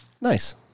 Nice